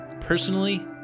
Personally